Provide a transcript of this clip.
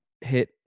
hit